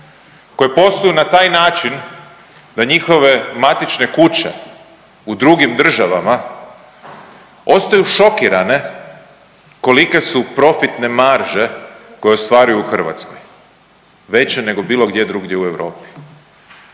Koji posluju na taj način da njihove matične kuće u drugim državama ostaju šokirane kolike su profitne marže koje ostvaruju u Hrvatskoj, veće nego bilo gdje drugdje u Europi.